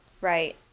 Right